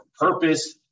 purpose